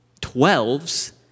twelves